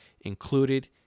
included